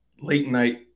late-night